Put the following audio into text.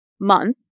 month